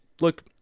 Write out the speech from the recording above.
look